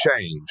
change